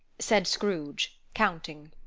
said scrooge, counting.